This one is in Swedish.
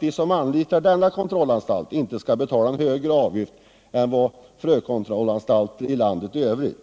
De som anlitar denna kontrollanstalt skall inte behöva betala en högre avgift än man gör vid frökontrollanstalterna i landet i övrigt.